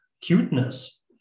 cuteness